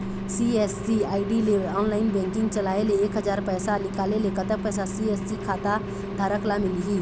CSC ID ले online banking चलाए ले एक हजार पैसा निकाले ले कतक पैसा सी.एस.सी खाता धारक ला मिलही?